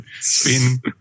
spin